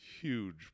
Huge